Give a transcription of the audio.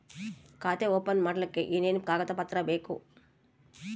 ಖಾತೆ ಓಪನ್ ಮಾಡಕ್ಕೆ ಏನೇನು ಕಾಗದ ಪತ್ರ ಬೇಕು?